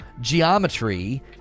geometry